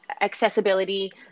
accessibility